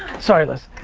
sorry, liz.